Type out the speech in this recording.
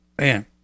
man